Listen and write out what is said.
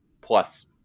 plus